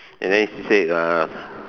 and then she said uh